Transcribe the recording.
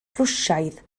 rwsiaidd